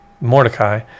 Mordecai